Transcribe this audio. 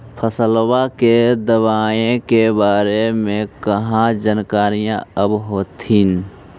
फसलबा के दबायें के बारे मे कहा जानकारीया आब होतीन?